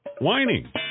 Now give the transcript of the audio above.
whining